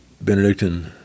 Benedictine